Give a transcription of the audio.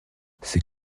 c’est